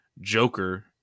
Joker